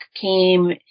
came